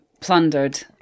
plundered